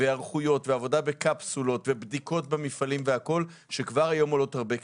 עבודה בקפסולות ובדיקות במפעלים והכול שכבר היום עולות הרבה כסף.